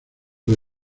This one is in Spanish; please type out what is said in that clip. que